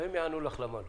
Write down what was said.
הם יענו לך למה לא.